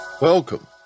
Welcome